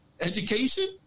education